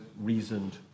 reasoned